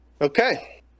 Okay